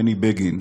בני בגין,